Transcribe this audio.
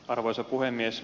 arvoisa puhemies